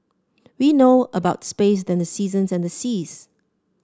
we know about space than the seasons and the seas